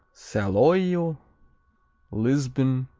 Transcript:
saloio lisbon,